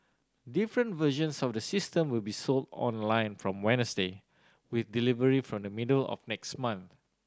different versions of the system will be sold online from Wednesday with delivery from the middle of next month